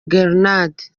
gerenade